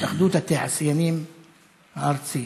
התאחדות התעשיינים הארצי,